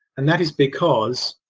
and that is because.